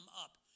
up